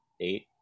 eight